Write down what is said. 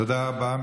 תודה רבה.